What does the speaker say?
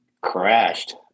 crashed